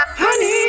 honey